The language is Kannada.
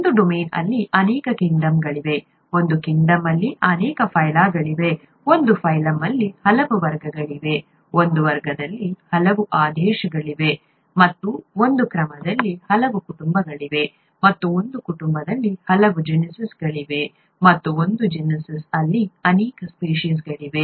ಒಂದು ಡೊಮೇನ್ ಅಲ್ಲಿ ಅನೇಕ ಕಿಂಗ್ಡಮ್ಗಳಿವೆ ಒಂದು ಕಿಂಗ್ಡಮ್ ಅಲ್ಲಿ ಅನೇಕ ಫೈಲಾಗಳಿವೆ ಒಂದು ಫೈಲಮ್ ಅಲ್ಲಿ ಹಲವು ವರ್ಗಗಳಿವೆ ಒಂದು ವರ್ಗದಲ್ಲಿ ಹಲವು ಆದೇಶಗಳಿವೆ ಮತ್ತು ಒಂದು ಕ್ರಮದಲ್ಲಿ ಹಲವು ಕುಟುಂಬಗಳಿವೆ ಮತ್ತು ಒಂದು ಕುಟುಂಬದಲ್ಲಿ ಹಲವು ಜೀನಸ್ಗಳಿವೆ ಮತ್ತು ಒಂದು ಜೀನ್ಸ್ ಅಲ್ಲಿ ಅನೇಕ ಸ್ಪೀಷೀಸ್ಗಳಿವೆ